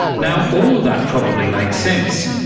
now, all of that probably makes sense,